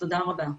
תודה רבה.